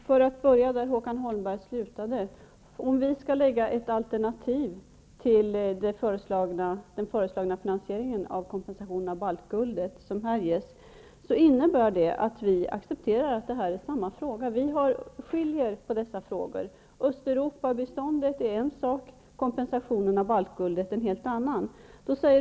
Fru talman! Jag börjar där Håkan Holmberg slutade. Om vi skulle lägga fram ett alternativ till den föreslagna finansiering av kompensationen av baltguldet som här ges, innebär det att vi accepterar att det här gäller samma fråga. Vi skiljer på dessa frågor. Östeuropabiståndet är en sak, och kompensationen av baltguldet är en helt annan sak.